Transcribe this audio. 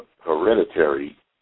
hereditary